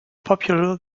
popular